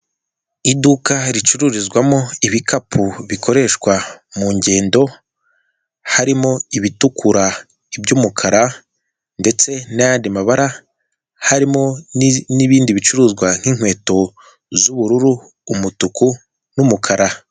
Iduka ricururizwamo ibikapu bikoreshwa mu ngendo harimo ibitukura, iby'umukara, ndetse n'ayandi mabara, harimo n'ibindi bicuruzwa nk'inkweto z'ubururu, umutuku n'umukara.